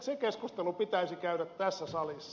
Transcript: se keskustelu pitäisi käydä tässä salissa